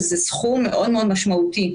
שזה סכום מאוד מאוד משמעותי.